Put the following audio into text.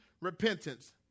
repentance